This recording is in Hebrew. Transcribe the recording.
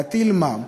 להטיל מע"מ?